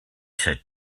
said